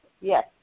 yes